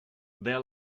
their